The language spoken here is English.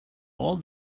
all